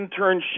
internship